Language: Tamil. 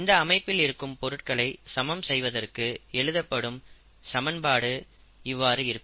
இந்த அமைப்பில் இருக்கும் பொருட்களை சமம் செய்வதற்கு எழுதப்படும் சமன்பாடு இவ்வாறு இருக்கும்